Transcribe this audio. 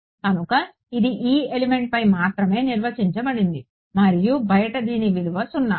కనుక ఇది e ఎలిమెంట్eపై మాత్రమే నిర్వచించబడింది మరియు బయట దీని విలువ సున్నా